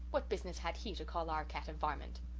what business had he to call our cat and varmint?